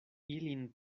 ilin